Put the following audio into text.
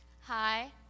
Hi